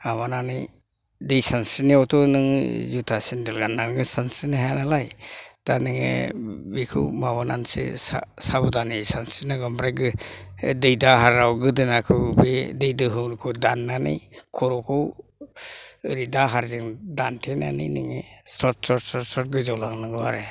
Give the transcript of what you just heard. माबानानै दै सानस्रिनायावथ' नोङो जुथा सिन्देल गाननानै सानस्रिनो हाया नालाय दा नोङो बेखौ माबानानैसो साब'धानै सानस्रिनांगौ ओमफ्राय दै दाहारआव गोदोनाखौ बे दै दोहौखौ दाननानै खर'खौ ओरै दाहारजों दानथेनानै नोङो स्ल'ट स्ल'ट स्ल'ट स्ल'ट गोजावलांनांगौ आरो